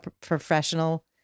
professional